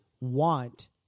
want